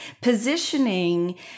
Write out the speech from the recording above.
Positioning